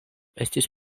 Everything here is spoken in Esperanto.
estis